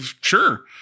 sure